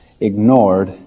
ignored